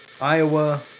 Iowa